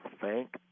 Thank